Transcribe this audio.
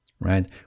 right